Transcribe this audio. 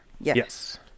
yes